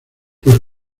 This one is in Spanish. los